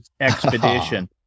expedition